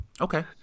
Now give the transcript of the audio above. okay